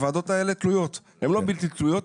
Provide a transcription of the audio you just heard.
הוועדות האלה תלויות, הן לא בלתי-תלויות.